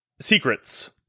secrets